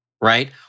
right